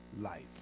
life